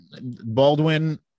Baldwin